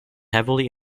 heavily